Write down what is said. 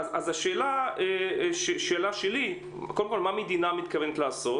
אז השאלה שלי: קודם כל, מה המדינה מתכוונת לעשות?